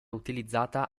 utilizzata